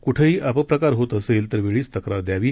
कुठेही अपप्रकार होत असेल तर वेळीच तक्रार द्यावी